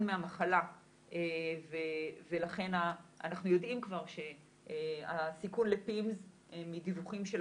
מהמחלה ולכן אנחנו יודעים כבר שהסיכון לפימס מדיווחים של